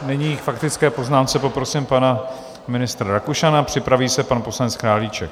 Nyní k faktické poznámce poprosím pana ministra Rakušana, připraví se pan poslanec Králíček.